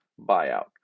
buyout